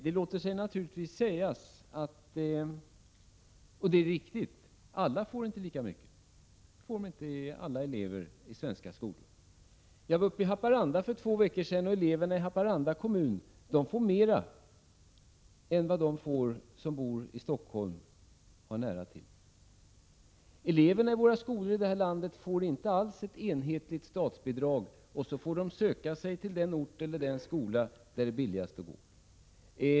Det låter sig naturligtvis sägas — det är riktigt — att alla elever i svenska skolor inte får lika mycket i bidrag. Eleverna i Haparanda kommun, där jag var för två veckor sedan, får t.ex. mer i bidrag än vad de elever får som bor i Stockholm och har nära till allt. Eleverna i skolorna i vårt land får inte ett enhetligt statsbidrag för att sedan söka sig till den ort eller den skola där det är billigast att gå.